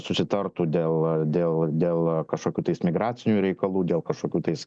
susitartų dėl dėl dėl kažkokių tais migracinių reikalų dėl kažkokių tais